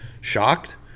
shocked